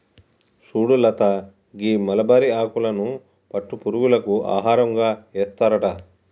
సుడు లత గీ మలబరి ఆకులను పట్టు పురుగులకు ఆహారంగా ఏస్తారట